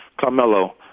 Carmelo